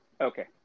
Okay